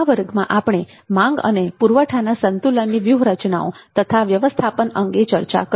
આ વર્ગમાં આપણે માંગ અને પુરવઠાના સંતુલનની વ્યૂહરચનાઓ તથા વ્યવસ્થાપન અંગે ચર્ચા કરી